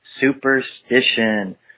Superstition